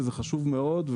וזה חשוב מאוד,